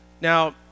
Now